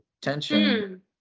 tension